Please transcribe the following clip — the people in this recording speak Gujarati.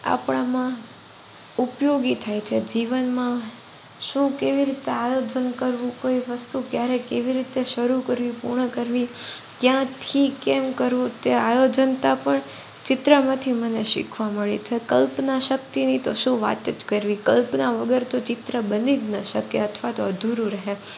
આપણાંમાં ઉપયોગી થાય છે જીવનમાં શું કેવી રીતે આયોજન કરવું કઈ વસ્તુ ક્યારે કેવી રીતે શરૂ કરવી પૂર્ણ કરવી ક્યાંથી કેમ કરવું તે આયોજનતા પર ચિત્રમાંથી મને શીખવા મળી છે કલ્પના શક્તિની તો શું વાત જ કરવી કલ્પના વગર તો ચિત્ર બની જ ન શકે અથવા તો અધૂરું રહે